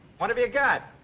what've you got?